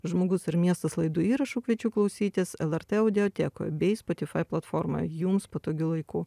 žmogus ir miestas laidų įrašų kviečiu klausytis el er tė audiotekoj bei spotifai platformoje jums patogiu laiku